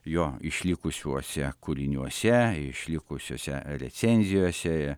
jo išlikusiuose kūriniuose išlikusiose recenzijose